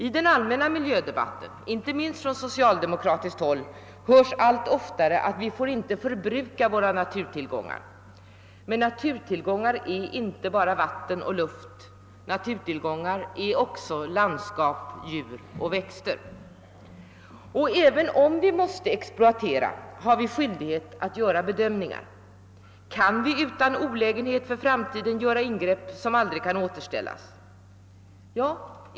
I den allmänna miljödebatten inte minst från socialdemokratiskt håll hörs allt oftare att vi inte får förbruka våra naturtillgångar. Men naturtillgångar är inte bara vatten och luft. Naturtillgångar är också landskap, djur och växter. Och även när vi måste exploatera har vi skyldighet att göra bedömningar. Kan vi utan olägenhet för framtiden göra in grepp som aldrig kan återställas?